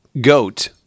Goat